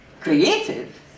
creative